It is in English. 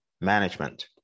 management